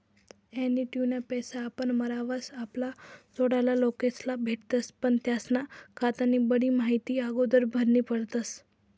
ॲन्युटीना पैसा आपण मरावर आपला जोडला लोकेस्ले भेटतस पण त्यास्ना खातानी बठ्ठी माहिती आगोदर भरनी पडस